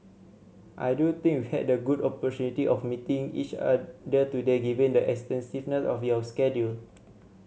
I do think we had the good opportunity of meeting each other today given the extensiveness of your schedule